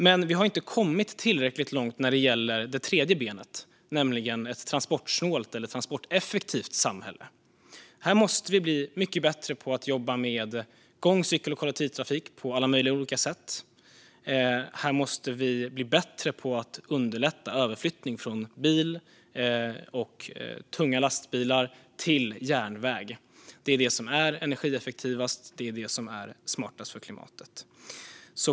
Men vi har inte kommit tillräckligt långt när det gäller det tredje benet, nämligen ett transportsnålt eller transporteffektivt samhälle. Här måste vi bli mycket bättre på att jobba med gång, cykel och kollektivtrafik på alla möjliga olika sätt. Här måste vi bli bättre på att underlätta överflyttning från bil och tunga lastbilar till järnväg. Det är det som är energieffektivast och smartast för klimatet.